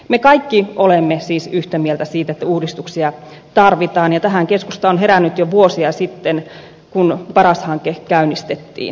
me kaikki olemme siis yhtä mieltä siitä että uudistuksia tarvitaan ja tähän keskusta on herännyt jo vuosia sitten kun paras hanke käynnistettiin